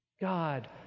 God